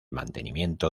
mantenimiento